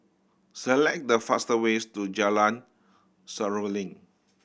select the fast ways to Jalan Seruling